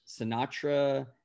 Sinatra